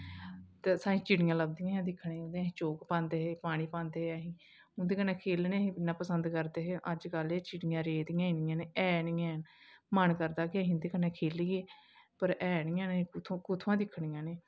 ते असेंगी चिड़ियां लभदियां ही दिक्खने गी ते अस चोग पांदे हे पानी पांदे हे अहीं उ'न्दे कन्नै खेलना अस इन्ना पसंद करदे हे अज्जकल एह् चिड़ियां रेह्दी ही नेईं ऐ हैन गै नेईं हैन मन करदा कि अस इन्दे कन्नै खेलिये पर हैन गै नेईं हैन कुत्थुआं दिक्खनियां न एह्